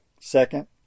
Second